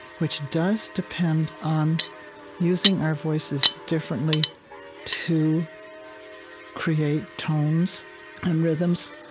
which does depend on using our voices differently to create tones and rhythms.